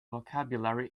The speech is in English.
vocabulary